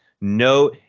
No